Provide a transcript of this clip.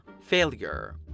Failure